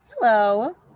hello